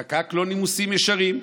חקק לו נימוסים ישרים,